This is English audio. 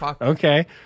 okay